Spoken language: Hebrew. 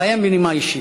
אסיים בנימה אישית.